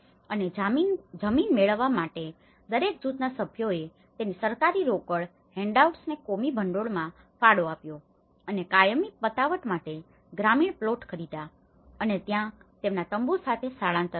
અને જમીન મેળવવા માટે દરેક જૂથના સભ્યોએ તેની સરકારી રોકડ હેન્ડઆઉટ્સને કોમી ભંડોળમાં ફાળો આપ્યો અને કાયમી પતાવટ માટે ગ્રામીણ પ્લોટ ખરીદ્યા અને ત્યાં તેમના તંબૂ સાથે ત્યાં સ્થળાંતર કર્યું